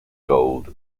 gold